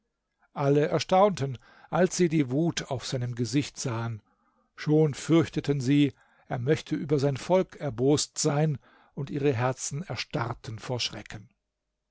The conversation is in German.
alle erstaunten als sie die wut auf seinem gesicht sahen schon fürchteten sie er möchte über sein volk erbost sein und ihre herzen erstarrten vor schrecken